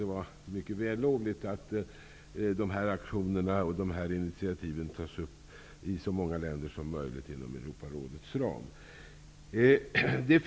Det är mycket vällovligt att dessa aktioner och initiativ tas upp i så många länder som möjligt inom Europarådets ram.